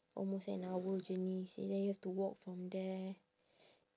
almost an hour journey seh then you have to walk from there